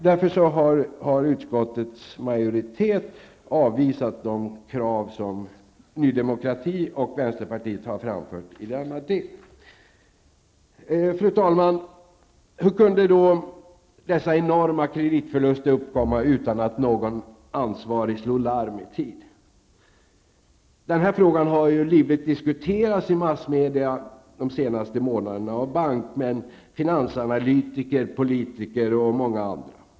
Därför har utskottets majoritet avvisat de krav som Ny Demokrati och vänsterpartiet har framfört i denna del. Fru talman! Hur kunde då dessa enorma kreditförluter uppkomma utan att någon ansvarig slog larm i tid? Den frågan har diskuterats livligt i massmedia de senaste månaderna av bankmän, finansanalytiker, politiker och många andra.